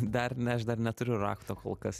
dar ne aš dar neturiu rakto kol kas